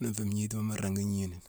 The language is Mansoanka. Muna nfé ngnitima mu ringi gni nini.